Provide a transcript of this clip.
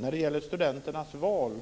När det gäller studenternas val